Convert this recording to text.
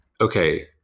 okay